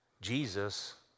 Jesus